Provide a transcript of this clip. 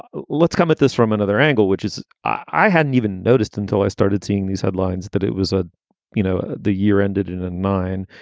let's come at this from another angle, which is i hadn't even noticed until i started seeing these headlines that it was a you know, the year ended in a and mine,